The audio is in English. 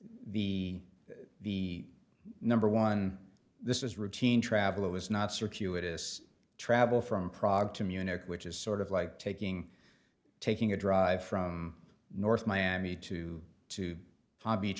the the number one this is routine travel is not circuitous travel from prague to munich which is sort of like taking taking a drive from north miami to to hobby each